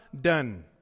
done